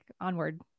onward